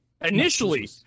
Initially